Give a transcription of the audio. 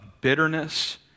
bitterness